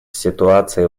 ситуации